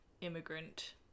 immigrant